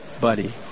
buddy